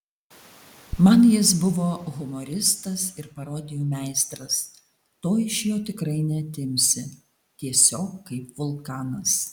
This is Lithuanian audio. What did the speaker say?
man jis buvo humoristas ir parodijų meistras to iš jo tikrai neatimsi tiesiog kaip vulkanas